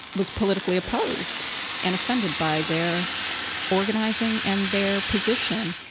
was politically opposed and offended by their organizing and their position,